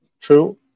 True